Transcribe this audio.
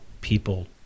people